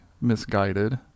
misguided